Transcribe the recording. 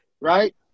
right